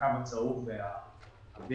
הקו הצהוב והבז',